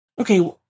okay